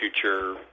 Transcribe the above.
future